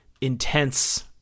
intense